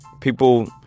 people